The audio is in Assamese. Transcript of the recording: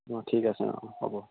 অঁ ঠিক আছে অঁ হ'ব